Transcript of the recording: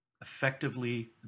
effectively